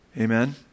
Amen